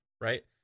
right